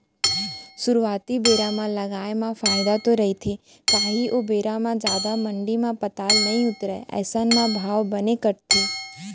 सुरुवाती बेरा म लगाए म फायदा तो रहिथे काहे ओ बेरा म जादा मंडी म पताल नइ उतरय अइसन म भाव बने कटथे